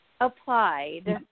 applied